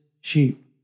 sheep